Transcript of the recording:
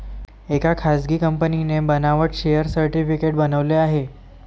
एका खासगी कंपनीने बनावट शेअर सर्टिफिकेट बनवले आहे